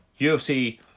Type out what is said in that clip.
UFC